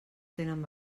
tenen